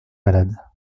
malade